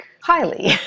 highly